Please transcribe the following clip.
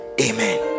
amen